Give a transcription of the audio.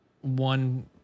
one